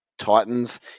Titans